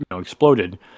exploded